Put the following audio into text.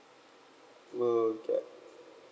will get